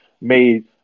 made